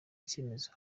icyemezo